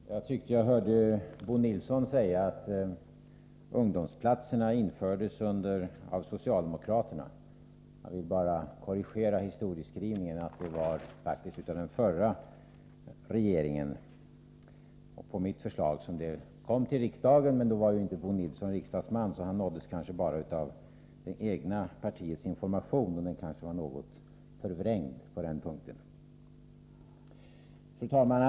Fru talman! Jag tyckte jag hörde Bo Nilsson säga att ungdomsplatserna infördes av socialdemokraterna. Jag vill bara korrigera historieskrivningen. Det var faktiskt av den förra regeringen, på mitt förslag. Men när det förslaget kom till riksdagen var inte Bo Nilsson riksdagsman, så han nåddes kanske bara av det egna partiets information, som måhända var något förvrängd på den punkten. Fru talman!